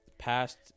past